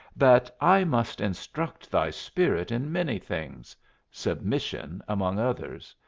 that i must instruct thy spirit in many things submission, among others.